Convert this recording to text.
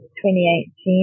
2018